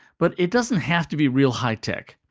but it doesn't have to be real high tech.